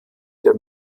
der